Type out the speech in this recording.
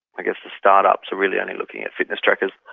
i guess the start-ups are really only looking at fitness trackers.